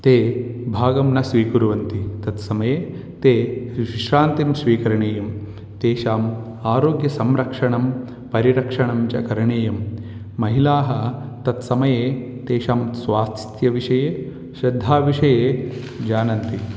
ताः भागं न स्वीकुर्वन्ति तत्समये ताः विश्रान्तिं स्वीकरणीयं तासाम् आरोग्यसंरक्षणं परिरक्षणं च करणीयं महिलाः तत्समये तासां स्वास्थ्यविषये श्रद्धा विषये जानन्ति